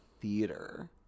theater